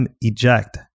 eject